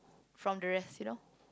from the rest you know